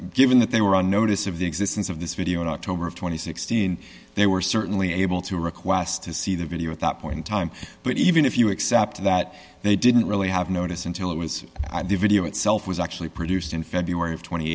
given that they were on notice of the existence of this video in october of two thousand and sixteen they were certainly able to request to see the video at that point in time but even if you accept that they didn't really have notice until it was i do video itself was actually produced in february of tw